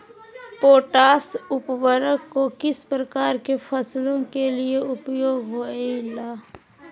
Potash उर्वरक को किस प्रकार के फसलों के लिए उपयोग होईला?